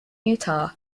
utah